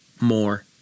more